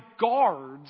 guards